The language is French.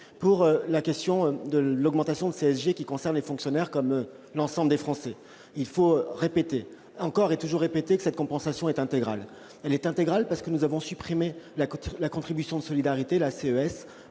votre question sur l'augmentation de la CSG, qui concerne les fonctionnaires comme l'ensemble des Français, il faut répéter, encore et toujours, que cette compensation est intégrale. Elle est intégrale, parce que nous avons supprimé la contribution de solidarité, la CES,